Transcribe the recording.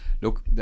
look